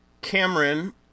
Cameron